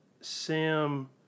Sam